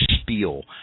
spiel